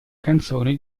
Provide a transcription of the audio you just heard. canzone